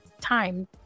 time